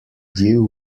due